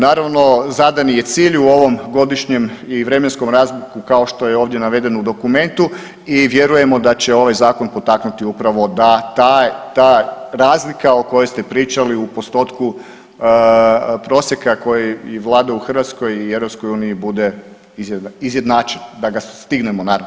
Naravno zadani je cilj u ovom godišnjem i vremenskom … [[Govornik se ne razumije]] kao što je ovdje navedeno u dokumentu i vjerujemo da će ovaj zakon potaknuti upravo da ta razlika o kojoj ste pričali u postotku prosjeka koji i vlada u Hrvatskoj i EU bude izjednačila, da ga stignemo… [[Govornik se ne razumije]] Hvala lijepo.